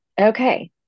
Okay